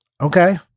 okay